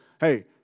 hey